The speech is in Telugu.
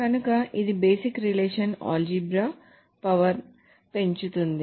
కనుక ఇది బేసిక్ రిలేషనల్ ఆల్జీబ్రా పవర్ పెంచుతుంది